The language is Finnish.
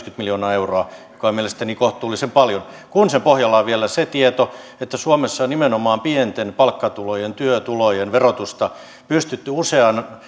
miljoonaa euroa joka on mielestäni kohtuullisen paljon kun sen pohjalla on vielä se tieto että suomessa on nimenomaan pienten palkkatulojen työtulojen verotusta pystytty usean